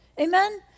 Amen